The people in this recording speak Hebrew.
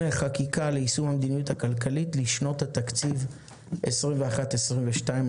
חקיקה ליישום המדיניות הכלכלית לשנות התקציב 2021 ו-2022),